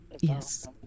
Yes